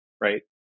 right